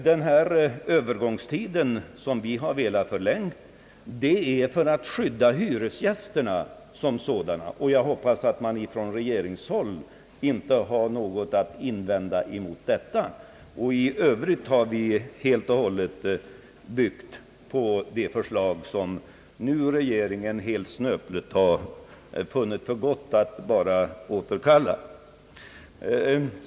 Vi har velat förlänga övergångstiden för att söka skydda hyresgästerna som sådana, och jag hoppas att man på regeringshåll inte har något att invända mot det. I övrigt har vi helt och hållet byggt på det förslag som regeringen nu helt snöpligt har funnit för gott att bara återkalla.